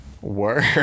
work